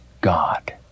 God